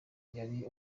yari